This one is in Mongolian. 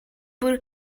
бүр